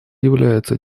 является